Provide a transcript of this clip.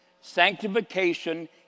Sanctification